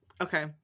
Okay